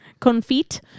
Confit